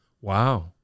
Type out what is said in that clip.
Wow